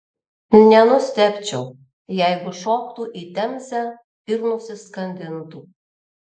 nenustebčiau jeigu šoktų į temzę ir nusiskandintų